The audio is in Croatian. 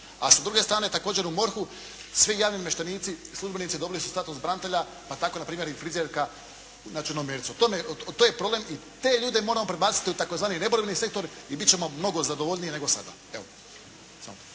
A sa druge strane također u MORH-u svi javni namještenici, službenici dobili su status branitelja, pa je tako npr. i frizerka na Črnomercu. To je problem i te ljude moramo prebaciti u tzv. neborbeni sektor i bit ćemo mnogo zadovoljniji nego sada.